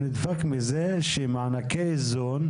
הוא נדפק מזה שמענקי איזון,